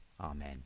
amen